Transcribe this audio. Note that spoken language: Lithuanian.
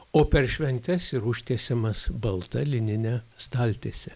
o per šventes ir užtiesiamas balta linine staltiese